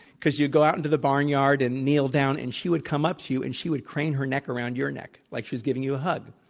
because you'd go out into the barnyard and kneel down, and she would come up to you, and she would crane her neck around your neck like she was giving you a hug.